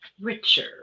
Richard